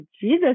Jesus